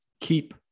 keep